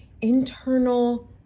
internal